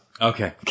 Okay